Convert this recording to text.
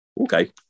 okay